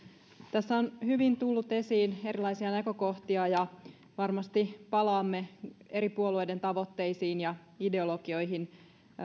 tässä on hyvin tullut esiin erilaisia näkökohtia ja varmasti palaamme eri puolueiden tavoitteisiin ja ideologioihin